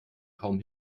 kaum